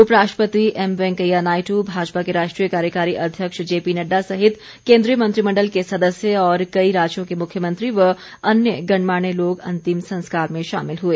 उपराष्ट्रपति एम वेंकैया नायड भाजपा के राष्ट्रीय कार्यकारी अध्यक्ष जेपी नड़डा सहित केन्द्रीय मंत्रिमण्डल के सदस्य और कई राज्यों के मुख्यमंत्री व अन्य गणमान्य लोग अंतिम संस्कार में शामिल हुए